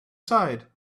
side